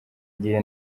gihe